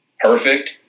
perfect